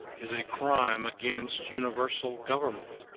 is a crime against universal government.